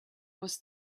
was